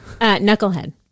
Knucklehead